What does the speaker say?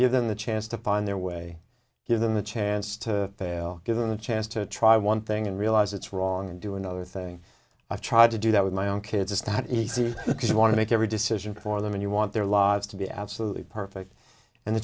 give them the chance to find their way give them the chance to give them a chance to try one thing and realize it's wrong and do another thing i've tried to do that with my own kids it's not easy because you want to make every decision for them and you want their lives to be absolutely perfect and the